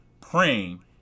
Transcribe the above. praying